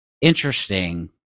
interesting